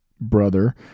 brother